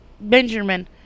Benjamin